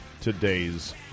today's